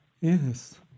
Yes